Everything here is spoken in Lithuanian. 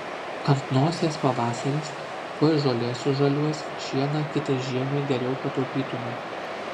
ant nosies pavasaris tuoj žolė sužaliuos šieną kitai žiemai geriau pataupytumei